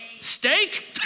Steak